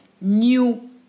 new